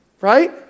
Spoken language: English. Right